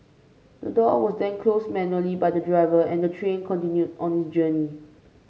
the door was then closed manually by the driver and the train continued on its journey